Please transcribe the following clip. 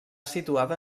situada